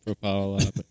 profile